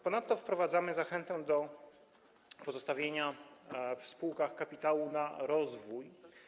Ponadto wprowadzamy zachętę do pozostawienia w spółkach kapitału na rozwój.